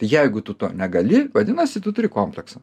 jeigu tu to negali vadinasi tu turi kompleksą